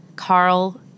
Carl